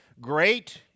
great